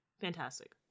Fantastic